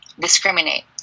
discriminate